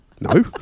No